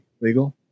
legal